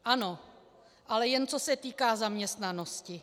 Ano, ale jen co se týká zaměstnanosti.